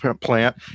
plant